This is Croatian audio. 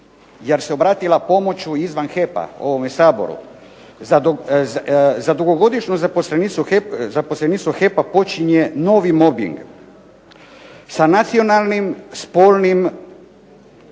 jer se obratila pomoć izvan HEP-a, ovome Saboru. Za dugogodišnju zaposlenicu "HEP-a" počinje novi mobing sa nacionalnim, spolnim